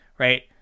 Right